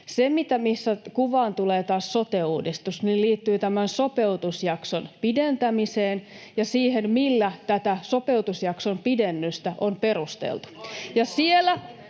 Se, missä kuvaan tulee taas sote-uudistus, liittyy tämän sopeutusjakson pidentämiseen ja siihen, millä tätä sopeutusjakson pidennystä on perusteltu.